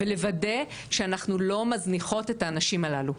ולוודא שאנחנו לא מזניחות את הנשים הללו.